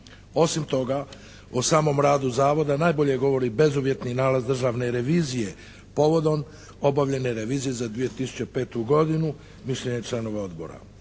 Osim toga o samom radu zavoda najbolje govori bezuvjetni nalaz Državne revizije povodom obavljene revizije za 2005. godinu mišljenje je članova Odbora.